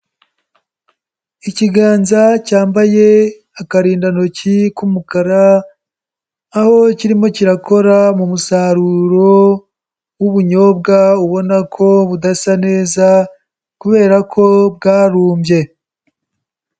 Ikiganza cyambaye akarindantoki k'umukara aho kirimo kirakora mu musaruro w'ubunyobwa ubona ko budasa neza kubera ko bwarumbye.